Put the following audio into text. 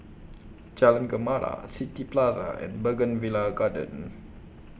Jalan Gemala City Plaza and Bougainvillea Garden